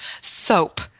soap